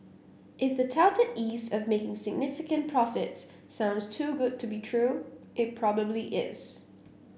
if the touted ease of making significant profits sounds too good to be true it probably is